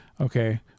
Okay